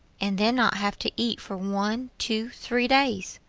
and then not have to eat for one, two, three days.